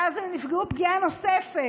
ואז הם נפגעו פגיעה נוספת.